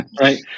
right